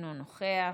אינו נוכח,